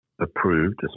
approved